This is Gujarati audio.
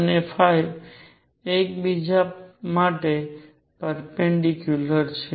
અને એકબીજા માટે પરપેન્ડીક્યુલર છે